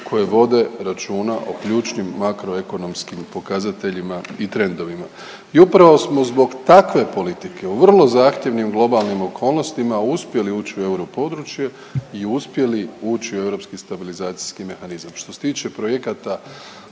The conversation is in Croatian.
koje vode računa o ključnim makroekonomskim pokazateljima i trendovima i upravo smo zbog takve politike u vrlo zahtjevnim globalnim okolnostima uspjeli ući u europodručje i uspjeli ući u Europski stabilizacijski mehanizam. Što se tiče projekata